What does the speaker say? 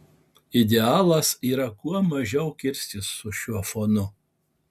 idealas yra kuo mažiau kirstis su šiuo fonu